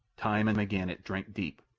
time and again it drank deep,